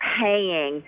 paying